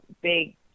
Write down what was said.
big